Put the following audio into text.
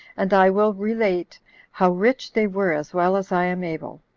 and i will relate how rich they were as well as i am able,